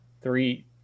three